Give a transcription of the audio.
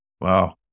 Wow